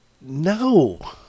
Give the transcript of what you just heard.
no